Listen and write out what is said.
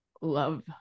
love